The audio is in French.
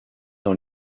dans